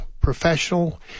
professional